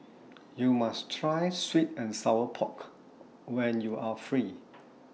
YOU must Try Sweet and Sour Pork when YOU Are Free